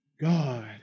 God